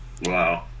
Wow